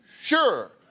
sure